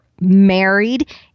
married